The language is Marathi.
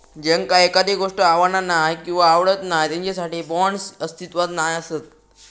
ज्यांका एखादी गोष्ट आवडना नाय किंवा आवडत नाय त्यांच्यासाठी बाँड्स अस्तित्वात नाय असत